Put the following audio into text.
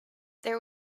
there